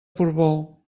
portbou